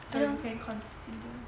so you can consider